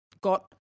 got